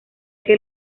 que